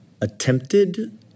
attempted